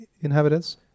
inhabitants